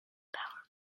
power